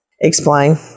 Explain